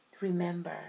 remember